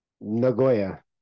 Nagoya